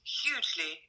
hugely